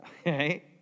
Okay